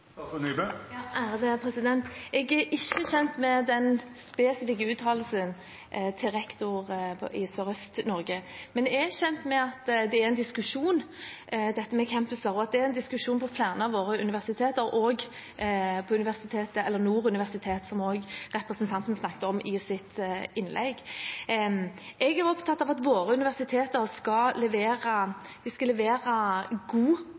Jeg er ikke kjent med den spesifikke uttalelsen fra rektoren på Universitetet i Sørøst-Norge, men jeg er kjent med at det er en diskusjon om dette med campuser, og at det er en diskusjon på flere av våre universiteter, også på Nord universitet, som representanten snakket om i sitt innlegg. Jeg er opptatt av at våre universiteter skal levere god